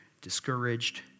discouraged